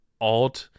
odd